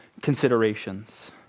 considerations